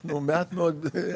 מעמדנו ביחס אליהם יישחק,